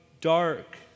dark